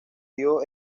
dio